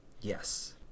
Yes